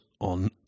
on